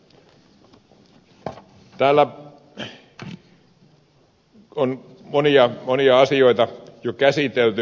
täällä on monia monia asioita jo käsitelty